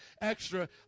extra